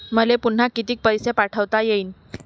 मले पुन्हा कितीक पैसे ठेवता येईन?